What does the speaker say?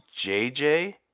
JJ